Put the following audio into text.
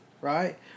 right